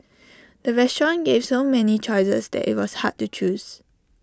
the restaurant gave so many choices that IT was hard to choose